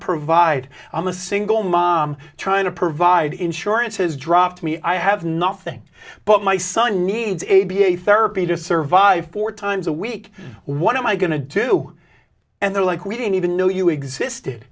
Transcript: provide i'm a single mom trying to provide insurance has dropped me i have nothing but my son needs a b a therapy to survive four times a week what am i going to do and they're like we didn't even know you existed